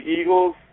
Eagles